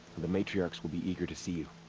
the matriarchs will be eager to see you.